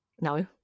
No